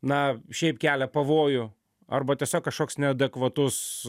na šiaip kelia pavojų arba tiesiog kažkoks neadekvatus